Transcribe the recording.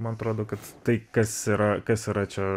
man atrodo kad tai kas yra kas yra čia